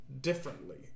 differently